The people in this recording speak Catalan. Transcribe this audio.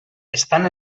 estan